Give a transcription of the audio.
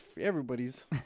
everybody's